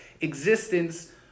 Existence